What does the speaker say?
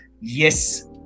Yes